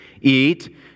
eat